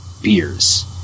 Beers